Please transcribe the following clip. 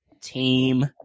team